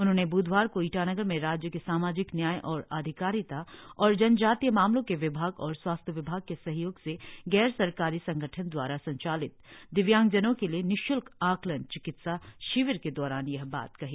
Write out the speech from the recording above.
उन्होंने ब्धवार को ईटानगर में राज्य के सामाजिक न्याय और आधिकारिता और जनजातीय मामलों के विभाग और स्वास्थ्य विभाग के सहयोग से गैर सरकारी संगठन दवारा संचालित दिव्यांगजनों के लिए निश्ल्क आकलन चिकित्सा शिविर के दौरान यह बात कही